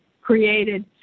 created